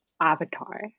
avatar